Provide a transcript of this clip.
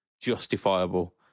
justifiable